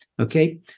Okay